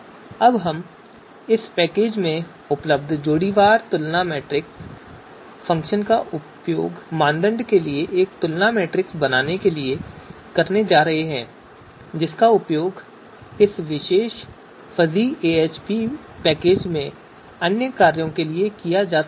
अब हम इस पैकेज में उपलब्ध इस जोड़ीवार तुलना मैट्रिक्स फ़ंक्शन का उपयोग मानदंड के लिए एक तुलना मैट्रिक्स बनाने के लिए करने जा रहे हैं जिसका उपयोग इस विशेष fuzzyAHP पैकेज में अन्य कार्यों के लिए किया जा सकता है